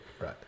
Right